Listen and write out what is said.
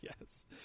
yes